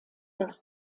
das